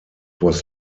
was